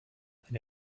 eine